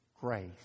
Grace